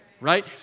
Right